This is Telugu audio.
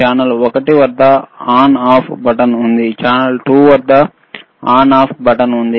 ఛానెల్ ఒకటి వద్ద ఆన్ ఆఫ్ బటన్ ఉంది ఛానల్ 2 వద్ద ఆన్ ఆఫ్ బటన్ ఉంది